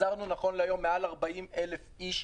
החזרנו נכון להיום למעלה מ-40,000 איש.